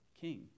king